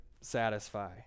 satisfy